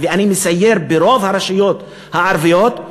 ואני מסייר ברוב הרשויות הערביות,